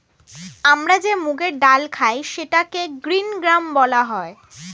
আমরা যে মুগের ডাল খাই সেটাকে গ্রীন গ্রাম বলা হয়